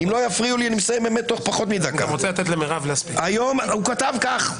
הוא כתב כך: